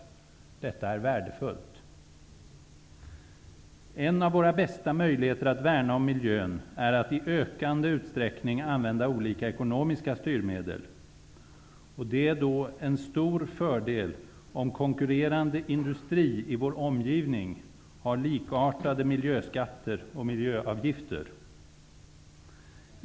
Detta är värdefullt. En av våra bästa möjligheter att värna om miljön är att i ökande utsträckning använda olika ekonomiska styrmedel. Det är då en stor fördel om konkurrerande industri i vår omgivning har likartade miljöskatter och miljöavgifter.